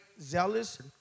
zealous